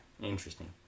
interesting